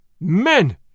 Men